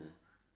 mmhmm